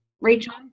Rachel